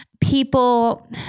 people